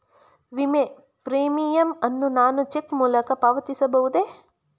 ವಿಮೆ ಪ್ರೀಮಿಯಂ ಅನ್ನು ನಾನು ಚೆಕ್ ಮೂಲಕ ಪಾವತಿಸಬಹುದೇ?